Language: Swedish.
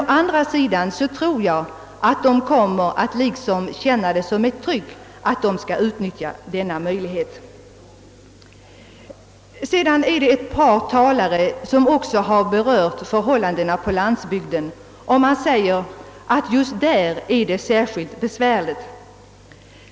Å andra sidan tror jag att dessa företag kommer att känna det som ett tryck att göra det. Ett par talare har berört förhållandena på landsbygden och sagt, att dessa problem där är särskilt besvärliga.